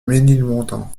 ménilmontant